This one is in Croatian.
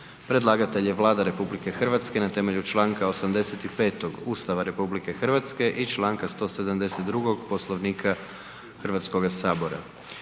Predlagatelj je Vlada RH na temelju Članka 85. Ustava RH i Članka 172. Poslovnika Hrvatskoga sabora.